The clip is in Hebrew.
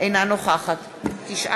אינה נוכחת תודה,